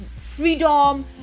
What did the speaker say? freedom